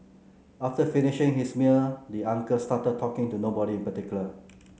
after finishing his meal the uncle started talking to nobody in particular